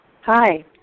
Hi